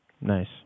Nice